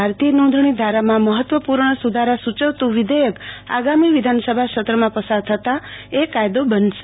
ભારતીય નોંધણી ધારામાં મહત્વપૂર્ણસુધારા સુયવતું વિઘેયક આગામી વિધાનસભા સત્રમાં પસાર થતાં એ કાયદો બનશે